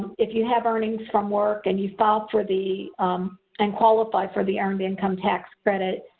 if you have earnings from work and you filed for the and qualify for the earned income tax credit,